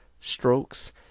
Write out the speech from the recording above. strokes